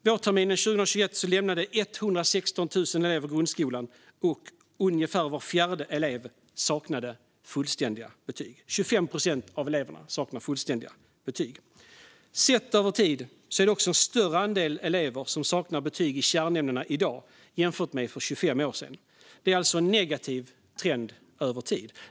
Vårterminen 2021 lämnade 116 000 elever grundskolan, och ungefär var fjärde elev saknade fullständiga betyg - 25 procent av eleverna. Sett över tid är det också en större andel elever som saknar betyg i kärnämnena i dag jämfört med för 25 år sedan. Det är alltså en negativ trend över tid.